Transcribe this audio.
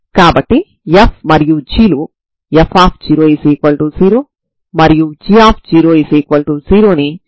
కాబట్టి మీరు y మరియు y ను స్టర్మ్ లియోవిల్లే సమస్యగా చూడవచ్చు తర్వాత మీరు వీటి కలయిక c1yac2ya0 ను పొందుతారు ఇవి రెండు 0 కావు